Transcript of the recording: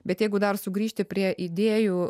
bet jeigu dar sugrįžti prie idėjų